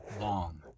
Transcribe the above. long